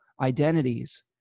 identities